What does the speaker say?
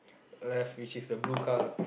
left which is the blue car